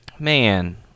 Man